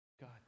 God